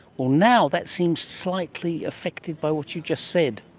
well, now that seems slightly affected by what you just said.